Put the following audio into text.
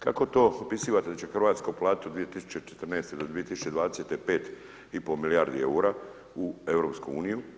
Kako to opisivate da će Hrvatska uplatiti od 2014. do 2020., 5,5 milijardi eura u EU?